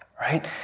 right